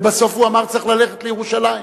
ובסוף הוא אמר: צריך ללכת לירושלים,